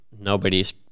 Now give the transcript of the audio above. nobody's